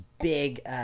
big